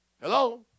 Hello